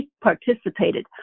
participated